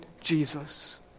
Jesus